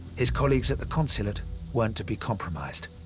his colleagues at the consulate weren't to be compromised.